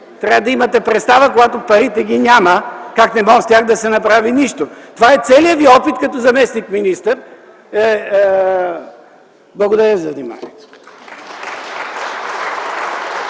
трябвало да имате представа когато парите ги няма, как без тях не може да се направи нищо. Това е целият Ви опит като заместник-министър. Благодаря за вниманието.